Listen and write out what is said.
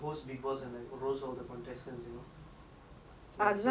ya so ya that's why I wanna become kamala hassan